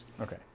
Okay